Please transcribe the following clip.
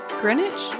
Greenwich